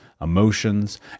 emotions